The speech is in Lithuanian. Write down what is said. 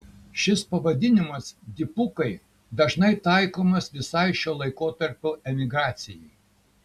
šis pavadinimas dipukai dažnai taikomas visai šio laikotarpio emigracijai